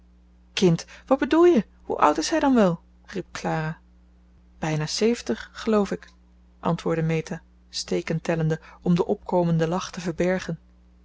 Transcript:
kind wat bedoel je hoe oud is hij dan wel riep clara bijna zeventig geloof ik antwoordde meta steken tellende om den opkomenden lach te verbergen